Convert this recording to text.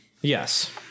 yes